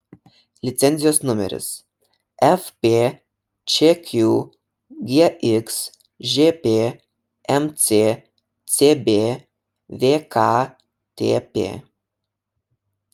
licenzijos numeris fpčq gxžp mccb vktp